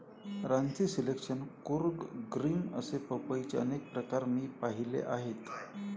Ranchi selection, Coorg green असे पपईचे अनेक प्रकार मी पाहिले आहेत